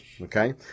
okay